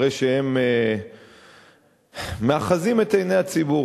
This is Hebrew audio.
הרי שהם מאחזים את עיני הציבור.